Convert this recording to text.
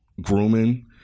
grooming